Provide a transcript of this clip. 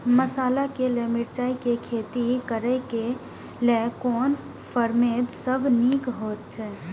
मसाला के लेल मिरचाई के खेती करे क लेल कोन परभेद सब निक होयत अछि?